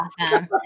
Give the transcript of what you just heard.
awesome